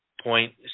point